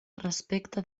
respecte